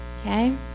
Okay